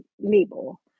label